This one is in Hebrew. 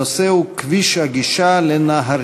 הנושא הוא: כביש הגישה לנהרייה.